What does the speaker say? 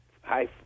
Hi